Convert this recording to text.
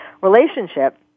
relationship